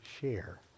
share